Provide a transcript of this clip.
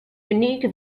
unique